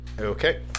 Okay